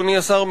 אדוני השר,